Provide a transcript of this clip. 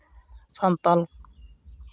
Santal